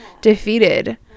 defeated